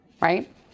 right